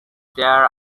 there